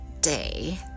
day